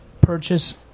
purchase